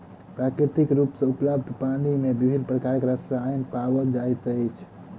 प्राकृतिक रूप सॅ उपलब्ध पानि मे विभिन्न प्रकारक रसायन पाओल जाइत अछि